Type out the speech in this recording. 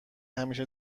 همیشه